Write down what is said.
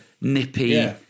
nippy